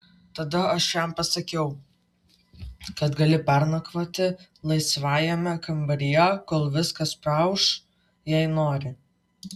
tada aš jam pasakiau kad gali pernakvoti laisvajame kambaryje kol viskas praūš jei nori